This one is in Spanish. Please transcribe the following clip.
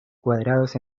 cuadrados